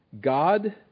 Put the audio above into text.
God